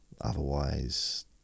Otherwise